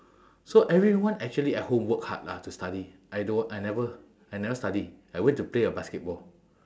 so everyone actually at home work hard lah to study I do~ I never I never study I went to play uh basketball